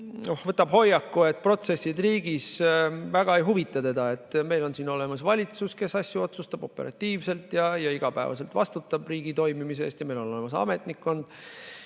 võtab hoiaku, et protsessid riigis väga ei huvita teda – et meil on siin olemas valitsus, kes asju otsustab operatiivselt ja igapäevaselt vastutab riigi toimimise eest, ja meil on olemas ametnikkond